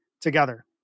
together